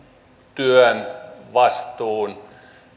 työn vastuun